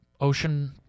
Ocean